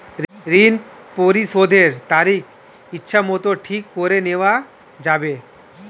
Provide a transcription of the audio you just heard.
ঋণ পরিশোধের তারিখ ইচ্ছামত ঠিক করে নেওয়া যাবে?